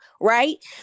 right